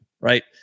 right